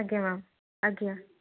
ଆଜ୍ଞା ମ୍ୟାମ୍ ଆଜ୍ଞା